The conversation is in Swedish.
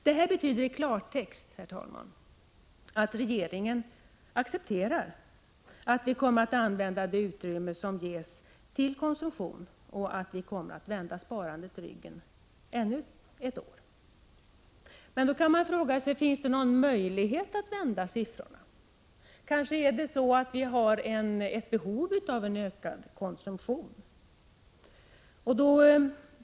Detta betyder i klartext, herr talman, att regeringen kommer att använda det utrymme som uppstår till konsumtion och att vi kommer att vända sparandet ryggen ännu ett år. Man kan då fråga sig: Finns det någon möjlighet att vända siffrorna? Har vi kanske behov av en ökad konsumtion?